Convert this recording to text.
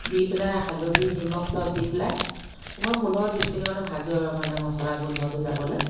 দি পেলাই হালধি নিমখ চব দি পেলাই কমেও পোন্ধৰ বিছ মিনিটমান ভাজোঁ আৰু মানে মচলা গোন্ধটো যাবলৈ